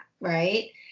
right